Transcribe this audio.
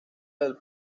del